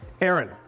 Aaron